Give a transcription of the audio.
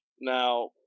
Now